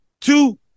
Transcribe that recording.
two